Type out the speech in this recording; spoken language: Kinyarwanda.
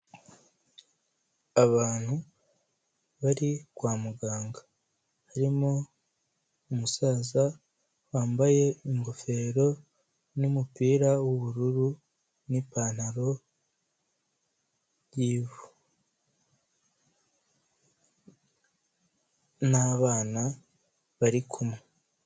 Abantu bari kwa muganga, harimo umusaza wambaye ingofero n'umupira w'ubururu n'ipantaro y'ivu n'abana barikumwe.